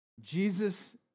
Jesus